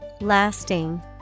Lasting